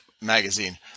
magazine